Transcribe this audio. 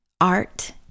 art